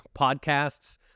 podcasts